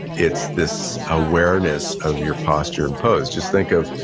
it's this awareness of your posture and pose. just think of,